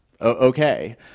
okay